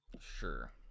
sure